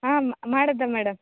ಹಾಂ ಮಾಡಿದ್ದ ಮೇಡಮ್